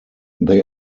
they